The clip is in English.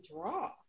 draw